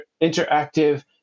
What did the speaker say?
interactive